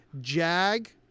Jag